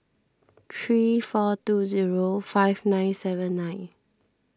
three four two zero five nine seven nine